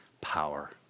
power